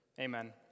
Amen